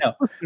no